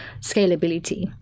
scalability